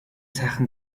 сайхан